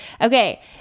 Okay